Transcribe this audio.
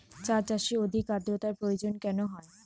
চা চাষে অধিক আদ্রর্তার প্রয়োজন কেন হয়?